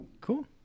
Cool